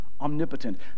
Omnipotent